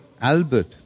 Albert